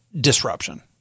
disruption